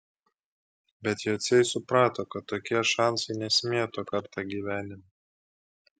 bet jociai suprato kad tokie šansai nesimėto kartą gyvenime